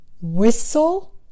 whistle